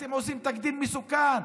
אתם עושים תקדים מסוכן,